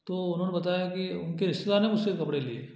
तो उन्होंने बताया कि उनके रिश्तेदारों ने मुझसे कपड़े लिए